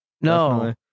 No